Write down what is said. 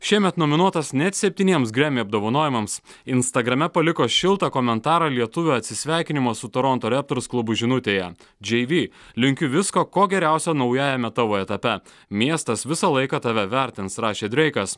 šiemet nominuotas net septyniems gremy apdovanojimams instagrame paliko šiltą komentarą lietuvio atsisveikinimo su toronto reptors klubui žinutėje džei vi linkiu visko ko geriausio naujajame tavo etape miestas visą laiką tave vertins rašė dreikas